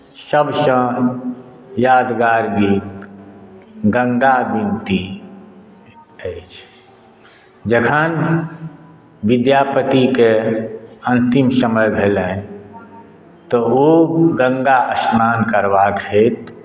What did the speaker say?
सभसँ यादगार गीत गङ्गा विनती अछि जखन विद्यापतिके अन्तिम समय भेलनि तऽ ओ गङ्गा स्नान करबाक हेतु